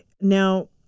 Now